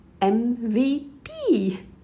MVP